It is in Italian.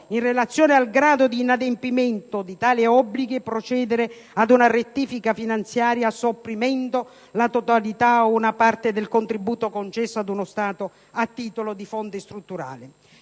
in relazione al grado di inadempimento di tale obblighi, procedere ad una rettifica finanziaria, sopprimendo la totalità o una parte del contributo concesso ad uno Stato a titolo di fondi strutturali.